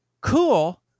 Cool